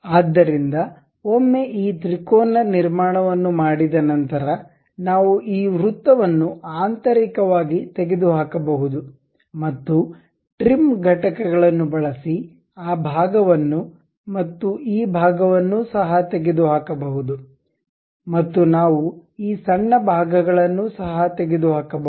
ಆದ್ದರಿಂದ ಒಮ್ಮೆ ಈ ತ್ರಿಕೋನ ನಿರ್ಮಾಣವನ್ನು ಮಾಡಿದ ನಂತರ ನಾವು ಈ ವೃತ್ತವನ್ನು ಆಂತರಿಕವಾಗಿ ತೆಗೆದುಹಾಕಬಹುದು ಮತ್ತು ಟ್ರಿಮ್ ಘಟಕಗಳನ್ನು ಬಳಸಿ ಆ ಭಾಗವನ್ನು ಮತ್ತು ಈ ಭಾಗವನ್ನು ಸಹ ತೆಗೆದುಹಾಕಬಹುದು ಮತ್ತು ನಾವು ಈ ಸಣ್ಣ ಭಾಗಗಳನ್ನು ಸಹ ತೆಗೆದುಹಾಕಬಹುದು